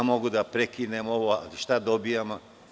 Mogu da prekinem ovo, ali šta dobijamo?